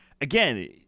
Again